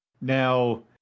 Now